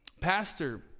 Pastor